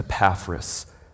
Epaphras